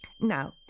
Now